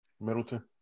Middleton